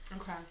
Okay